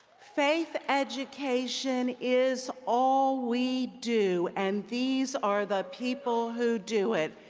faith education is all we do and these are the people who do it.